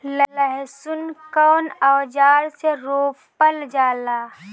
लहसुन कउन औजार से रोपल जाला?